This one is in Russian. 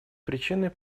причиной